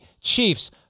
Chiefs